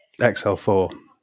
XL4